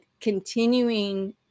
continuing